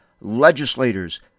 legislators